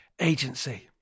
agency